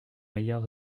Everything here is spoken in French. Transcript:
meilleur